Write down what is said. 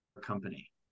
company